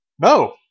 no